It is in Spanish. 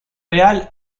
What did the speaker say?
real